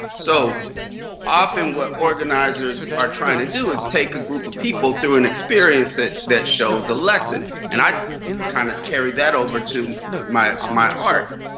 so often what organizers are trying to do is take a group of people through an experience that that shows a lesson. and i kind of carry that over to my my art.